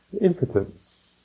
Impotence